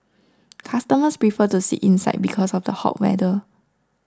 customers prefer to sit inside because of the hot weather